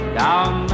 down